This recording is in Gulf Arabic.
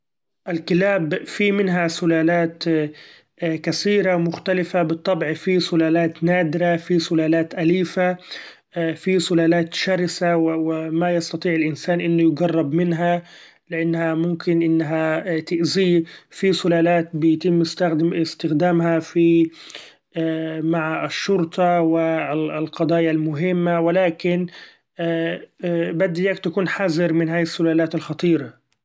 الكلاب في منها سلالات كثيرة مختلفة ، بالطبع في سلالات نادرة في سلالات أليفة في سلالات شرسة ، و ما يستطيع الإنسإن إنه يقرب منها لإنها تستطيع إنها تؤذيه، في سلالات بيتم استخدامها في مع الشرطة و القضايا المهمة ،ولكن بدي ياك تكون حذر من هي السلالات الخطيرة.